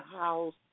house